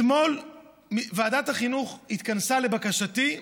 אתמול ועדת החינוך התכנסה, לבקשתי,